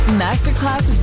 masterclass